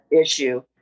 issue